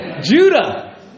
judah